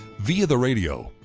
via the radio,